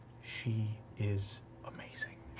she is amazing.